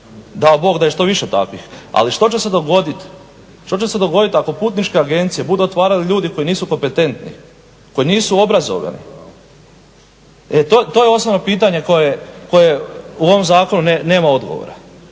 Dao Bog da je što više takvih. Ali što će se dogoditi ako putničke agencije budu otvarali ljudi koji nisu kompetentni, koji nisu obrazovani. To je osnovno pitanje koje u ovom zakonu nema odgovora.